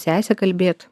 sese kalbėt